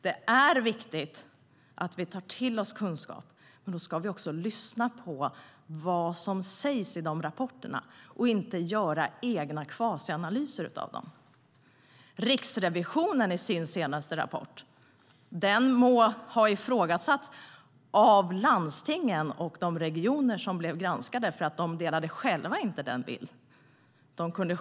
Det är viktigt att vi tar till oss kunskap. Men då ska vi också lyssna på vad som sägs i rapporterna och inte göra egna kvasianalyser av dem. Riksrevisionens senaste rapport må ha blivit ifrågasatt av landstingen och de regioner som blev granskade för att de själva inte delade den bilden.